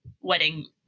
wedding